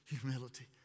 humility